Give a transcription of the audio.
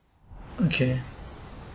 okay